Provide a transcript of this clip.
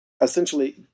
essentially